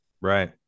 Right